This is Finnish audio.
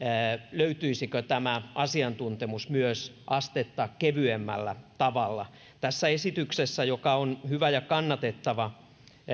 löytyisikö tämä asiantuntemus myös astetta kevyemmällä tavalla tässä esityksessä joka on hyvä ja kannatettava